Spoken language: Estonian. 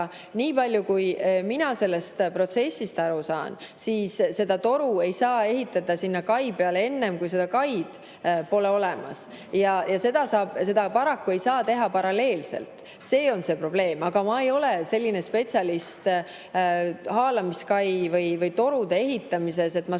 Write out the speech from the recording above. Niipalju kui mina sellest protsessist aru saan, ei saa seda toru ehitada kai peale enne, kui see kai on olemas. Seda paraku ei saa teha paralleelselt ja see on see probleem. Aga ma ei ole selline spetsialist haalamiskai või torude ehitamise alal,